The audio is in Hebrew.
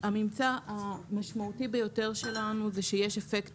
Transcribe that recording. הממצא המשמעותי ביותר שלנו זה שיש אפקט